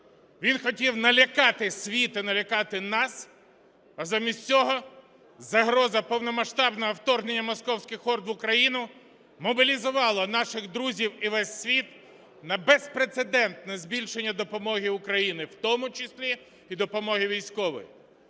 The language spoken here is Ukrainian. він хотів налякати світ і налякати нас, а замість цього загроза повномасштабного вторгнення московських орд в Україну мобілізувала наших друзів і весь світ на безпрецедентне збільшення допомоги України, в тому числі і допомоги військової.